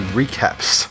recaps